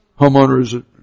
Homeowners